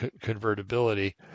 convertibility